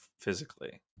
physically